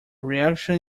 reaction